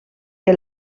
que